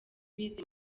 bize